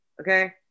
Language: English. okay